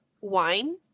wine